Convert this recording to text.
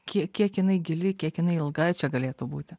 kie kiek jinai gili kiek jinai ilga čia galėtų būti